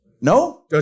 No